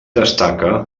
destaca